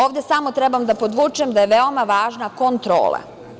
Ovde samo treba da podvučem da je veoma važna kontrola.